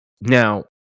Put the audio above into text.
Now